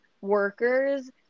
workers